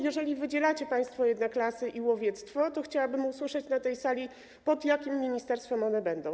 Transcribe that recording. Jeżeli jednak wydzielacie państwo lasy i łowiectwo, to chciałabym usłyszeć na tej sali, pod jakim ministerstwem one będą.